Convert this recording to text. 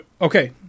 Okay